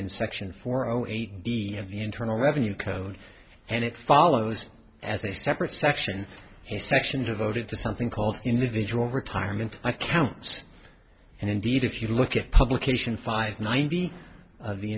section four zero eight of the internal revenue code and it follows as a separate section a section devoted to something called individual retirement accounts and indeed if you look at publication five ninety of the